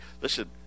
listen